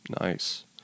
Nice